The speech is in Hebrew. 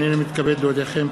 הנני מתכבד להודיעכם,